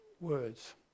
words